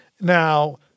Now